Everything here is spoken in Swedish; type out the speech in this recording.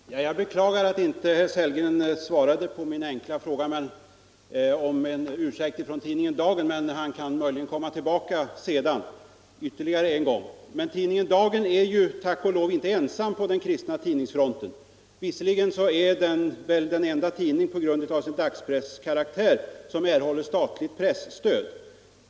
Herr talman! Jag beklagar att herr Sellgren inte svarade på min fråga om lämpligheten av en ursäkt från tidningen Dagen. Men han kan möjligen komma tillbaka ytterligare en gång. Tidningen Dagen är tack och lov inte ensam på den kristna tidningsfronten. På grund av sin dagspresskaraktär är den emellertid den enda kristna tidning som erhåller statligt presstöd.